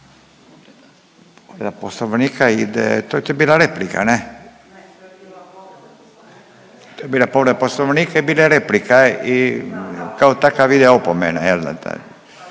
To je bila povreda poslovnika i bila je replika i kao takav ide opomena,